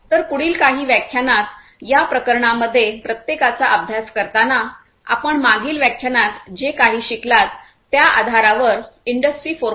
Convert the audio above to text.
तर पुढील काही व्याख्यानात या प्रकरणांपैकी प्रत्येकाचा अभ्यास करताना आपण मागील व्याख्यानात जे काही शिकलात त्या आधारावर इंडस्ट्री 4